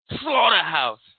Slaughterhouse